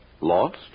Lost